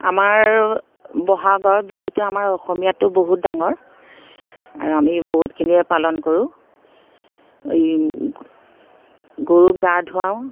আমাৰ বহাগৰ বিহুটো আমাৰ অসমীয়াটো বহুত ডাঙৰ আৰু আমি বহুতখিনিয়ে পালন কৰোঁ এই গৰুক গা ধুৱাওঁ